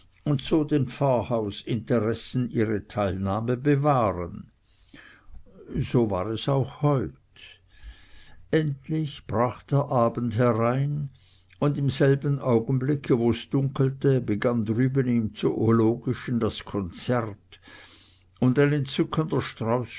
so den pfarrhausinteressen ihre teilnahme bewahren so war es auch heut endlich brach der abend herein und im selben augenblicke wo's dunkelte begann drüben im zoologischen das konzert und ein entzückender